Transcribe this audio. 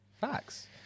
Facts